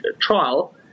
trial